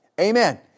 amen